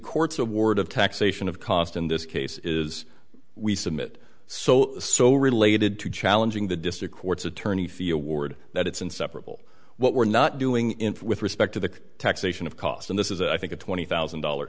courts award of taxation of cost in this case is we submit so so related to challenging the district court's attorney fiord that it's inseparable what we're not doing enough with respect to the taxation of costs and this is i think a twenty thousand dollar